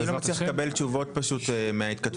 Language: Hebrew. אני לא מצליח לקבל תשובות פשוט מההתכתבויות